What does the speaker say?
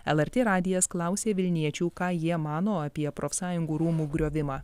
lrt radijas klausė vilniečių ką jie mano apie profsąjungų rūmų griovimą